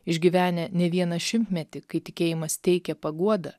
išgyvenę ne vieną šimtmetį kai tikėjimas teikė paguodą